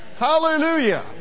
Hallelujah